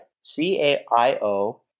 C-A-I-O